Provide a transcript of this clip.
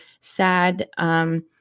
sad